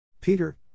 Peter